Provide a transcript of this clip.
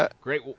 Great